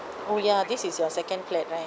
oh ya this is your second flat right